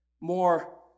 more